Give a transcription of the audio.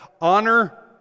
Honor